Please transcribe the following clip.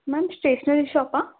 ma'am stationery షాపా